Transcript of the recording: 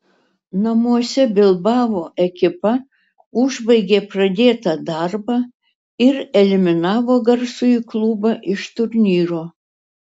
namuose bilbao ekipa užbaigė pradėtą darbą ir eliminavo garsųjį klubą iš turnyro